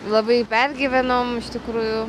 labai pergyvenom iš tikrųjų